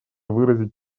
выразить